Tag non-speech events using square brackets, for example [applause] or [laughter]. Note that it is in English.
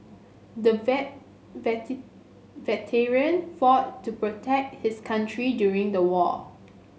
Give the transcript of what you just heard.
the vet [unintelligible] veteran fought to protect his country during the war